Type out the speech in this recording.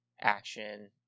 action